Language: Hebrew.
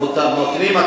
מותרים.